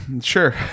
Sure